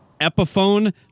Epiphone